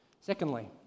Secondly